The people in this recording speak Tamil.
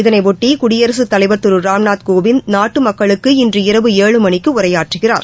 இதனையொட்டிகுடியரசுத் தலைவா் திருராம்நாத் கோவிந் நாட்டுமக்களுக்கு இன்று இரவு ஏழு மணிக்குஉரையாற்றுகிறார்